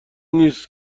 نیست